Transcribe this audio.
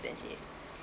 expensive